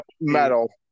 metal